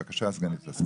בבקשה, סגנית השר.